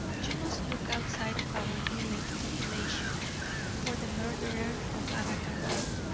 you must look outside of our village population for the murderer of agatha webb.